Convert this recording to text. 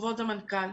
כבוד המנכ"ל,